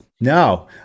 no